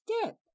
step